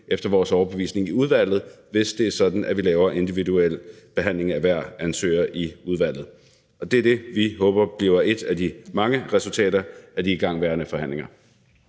efter vores overbevisning i udvalget, hvis det er sådan, at vi i udvalget laver en individuel behandling af hver ansøger. Det er det, vi håber bliver et af de mange resultater af de igangværende forhandlinger.